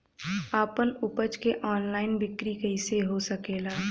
आपन उपज क ऑनलाइन बिक्री कइसे हो सकेला?